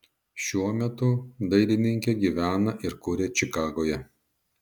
šiuo metu dailininkė gyvena ir kuria čikagoje